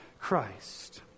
Christ